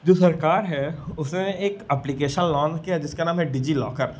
जो सरकार है उसने एक एप्लीकेशन लॉन्च किया है जिसका नाम है डिज़िलॉकर